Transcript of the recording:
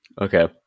Okay